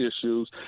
issues